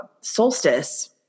solstice